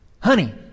Honey